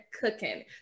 cooking